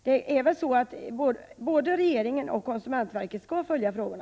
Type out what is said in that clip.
Det är väl så att både regeringen och konsumentverket skall följa frågorna?